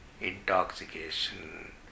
Intoxication